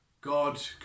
God